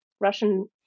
Russian